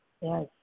Yes